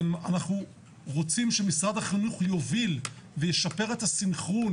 אנחנו רוצים שמשרד החינוך יוביל וישפר את הסנכרון